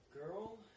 Girl